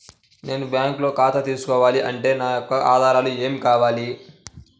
నేను బ్యాంకులో ఖాతా తీసుకోవాలి అంటే నా యొక్క ఆధారాలు ఏమి కావాలి?